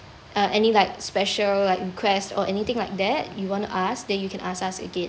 uh any like special like request or anything like that you want to ask then you can ask us again